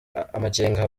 amakenga